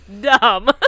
dumb